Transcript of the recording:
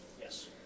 Yes